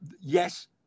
yes